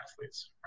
athletes